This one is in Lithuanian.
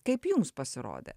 kaip jums pasirodė